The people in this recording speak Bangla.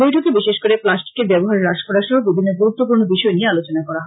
বৈঠকে বিশেষ করে পা্লট্টিকের ব্যবহার হ্রাস করা সহ বিভিন্ন গুরুত্বপূর্ন বিষয় নিয়ে আলোচনা করা হয়